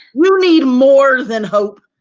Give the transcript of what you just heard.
you need more than hope.